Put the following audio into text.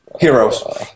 Heroes